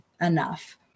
enough